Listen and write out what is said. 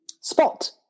spot